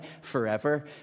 forever